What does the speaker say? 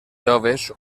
joves